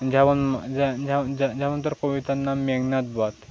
যেমন যেমন তার কবিতার নাম মেঘনাথবধ